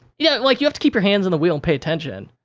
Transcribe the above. yeah, like, you have to keep your hands on the wheel and pay attention.